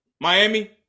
Miami